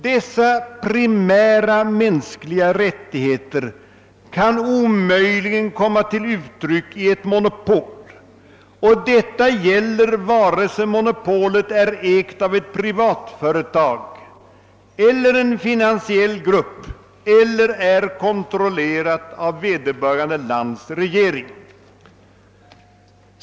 Dessa primära mänskliga rättigheter kan omöjligen komma till uttryck i ett monopol, och detta gäller vare sig monopolet är ägt av ett privat företag eller en finansiell grupp eller är kontrollerat av vederbörande lands regering.